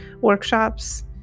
workshops